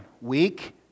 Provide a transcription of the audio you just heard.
Weak